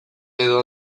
edo